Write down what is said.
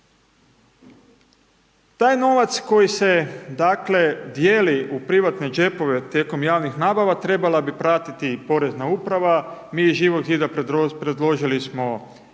Taj novac koji se dakle, dijeli u privatne džepove tijekom javnih nabava, trebala bi pratiti Porezna uprav, mi iz Živog zida, preložili smo Zakon